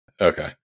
Okay